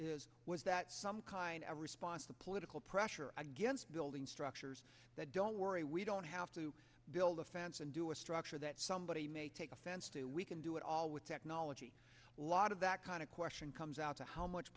though was that some kind of response the political pressure against building structures that don't worry we don't have to build a fence and do a structure that somebody may take offense to we can do it all with technology lot of that kind of question comes out to how much